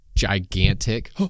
Gigantic